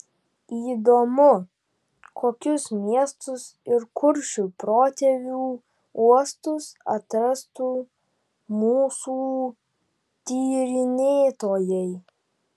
įdomu kokius miestus ir kuršių protėvių uostus atrastų mūsų tyrinėtojai